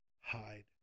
hide